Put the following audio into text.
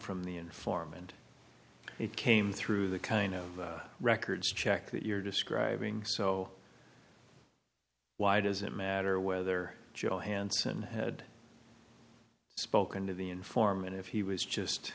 from the informant it came through the kind of records check that you're describing so why does it matter whether johansen had spoken to the informant if he was just